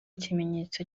ikimenyetso